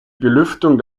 belüftung